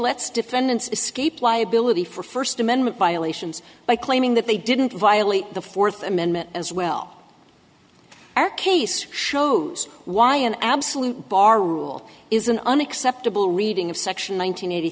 lets defendants escape liability for first amendment violations by claiming that they didn't violate the fourth amendment as well our case shows why an absolute bar rule is an unacceptable reading of section one nine hundred eighty